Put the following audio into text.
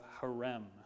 harem